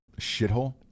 shithole